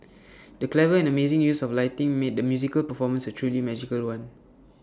the clever and amazing use of lighting made the musical performance A truly magical one